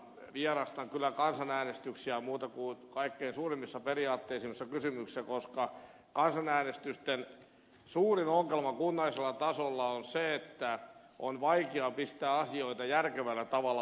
vierastan kyllä kansanäänestyksiä muuten kuin kaikkein suurimmissa periaatteellisissa kysymyksissä koska kansanäänestysten suurin ongelma kunnallisella tasolla on se että on vaikea pistää asioita järkevällä tavalla vastakkain